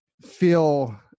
feel